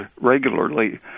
regularly